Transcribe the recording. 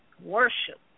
Worship